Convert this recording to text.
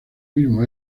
mismo